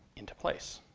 into place.